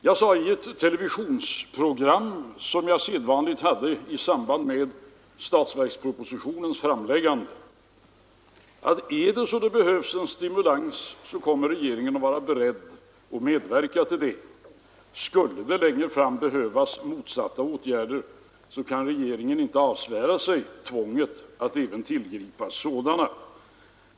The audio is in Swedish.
Jag sade i ett televisionsframträdande som jag enligt sedvanan gjorde i samband med statsverkspropsitionens framläggande, att är det så att det behövs en stimulans kommer regeringen att vara beredd att medverka till att det blir en sådan; skulle det längre fram behövas motsatta åtgärder kan regeringen inte avsvära sig tvånget att även tillgripa sådana.